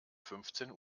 fünfzehn